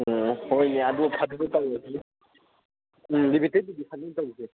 ꯎꯝ ꯍꯣꯏꯅꯦ ꯑꯗꯨ ꯇꯧꯔꯁꯤꯅꯦ ꯎꯝ ꯂꯤꯃꯤꯇꯦꯠ ꯏꯗꯤꯁꯟ ꯑꯣꯏꯅ ꯇꯧꯁꯦ